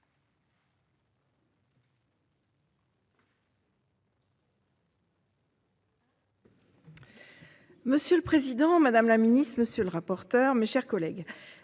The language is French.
Monsieur le président, madame la ministre madame la rapporteure, mes chers collègues.